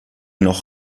noch